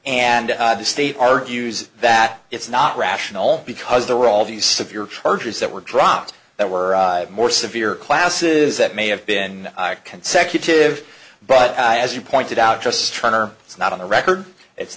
and the state argues that it's not rational because there were all these severe charges that were dropped that were more severe classes that may have been consecutive but as you pointed out just turn or it's not in the record it's